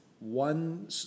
one